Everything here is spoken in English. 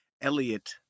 Elliot